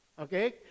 Okay